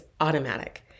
automatic